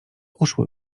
uszły